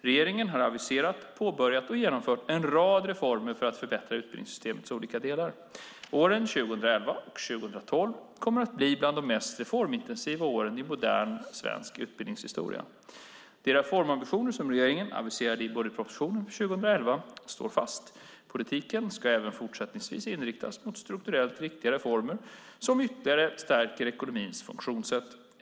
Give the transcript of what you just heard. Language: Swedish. Regeringen har aviserat, påbörjat, och genomfört en rad reformer för att förbättra utbildningssystemets olika delar. Åren 2011 och 2012 kommer att bli bland de mest reformintensiva åren i modern svensk utbildningshistoria. De reformambitioner som regeringen aviserade i budgetpropositionen för 2011 står fast. Politiken ska även fortsättningsvis inriktas mot strukturellt viktiga reformer som ytterligare stärker ekonomins funktionssätt.